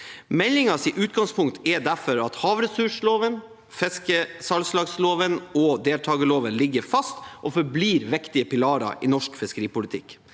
Meldingens utgangspunkt er derfor at havressursloven, fiskesalgslagsloven og deltakerloven ligger fast og forblir viktige pilarer i norsk fiskeripolitikk.